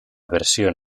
versión